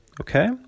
okay